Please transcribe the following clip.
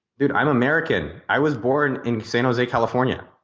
i'm american. i was born in san jose, california.